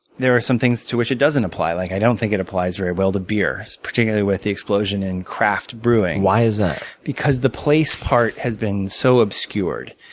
there are some things to which it doesn't apply. like i don't think it applies very well to beer, particularly with the explosion in craft brewing. why is that? because the place part has been so obscured.